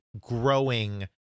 growing